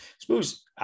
suppose